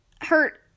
hurt